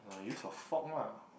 use your fork lah